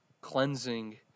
cleansing